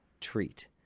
treat